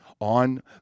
on